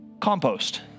compost